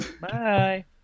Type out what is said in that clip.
Bye